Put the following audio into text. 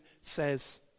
says